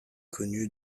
connu